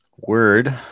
word